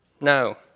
No